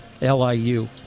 LIU